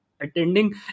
attending